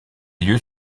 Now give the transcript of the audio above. lieux